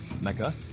Mecca